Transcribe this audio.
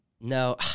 no